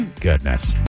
Goodness